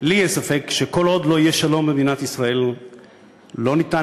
לי אין ספק שכל עוד לא יהיה שלום למדינת ישראל לא ניתן